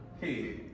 Hey